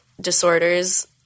disorders